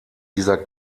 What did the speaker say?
dieser